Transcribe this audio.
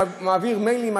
אתה מעביר מיילים,